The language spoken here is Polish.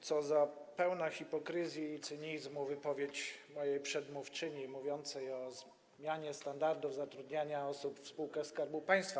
Co za pełna hipokryzji i cynizmu wypowiedź mojej przedmówczyni mówiącej o zmianie standardów zatrudniania osób w spółkach Skarbu Państwa!